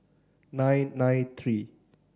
nine nine three